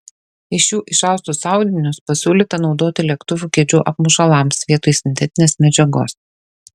iš jų išaustus audinius pasiūlyta naudoti lėktuvų kėdžių apmušalams vietoj sintetinės medžiagos